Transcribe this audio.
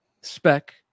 spec